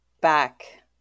back